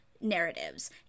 narratives